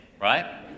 right